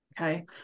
Okay